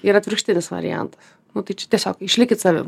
ir atvirkštinis variantas nu tai čia iesiog išlikt savim